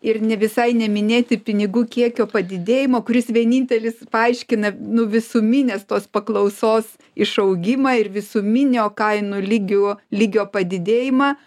ir ne visai neminėti pinigų kiekio padidėjimo kuris vienintelis paaiškina nu visuminės tos paklausos išaugimą ir visuminio kainų lygių lygio padidėjimą